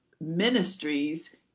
ministries